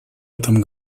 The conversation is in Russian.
этом